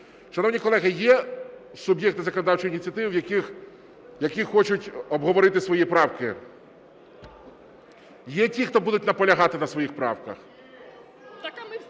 Шановні колеги, є суб'єкти законодавчої ініціативи, які хочуть обговорити свої правки? Є ті, хто будуть наполягати на своїх правках?